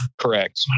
correct